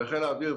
בחיל האוויר,